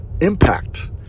impact